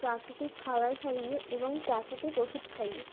প্রাকৃতিক খাবার খাইয়ে এবং প্রাকৃতিক ওষুধ খাইয়ে